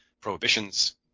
prohibitions